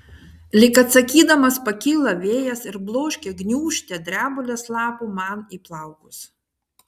lyg atsakydamas pakyla vėjas ir bloškia gniūžtę drebulės lapų man į plaukus